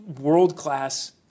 world-class